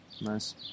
nice